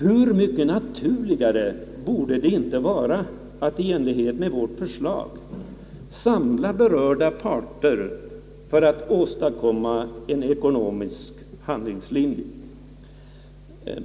Hur mycket naturligare borde det inte då vara att i enlighet med vårt förslag samla berörda parter till överläggningar för att åstadkomma en ekonomisk handlingslinje?